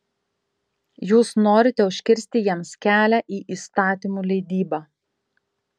jūs norite užkirsti jiems kelią į įstatymų leidybą